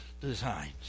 designs